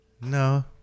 No